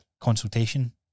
consultation